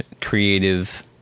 creative